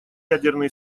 ядерное